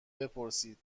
بپرسید